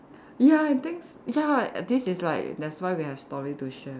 ya I thinks ya this is like that's why we have story to share